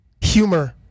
humor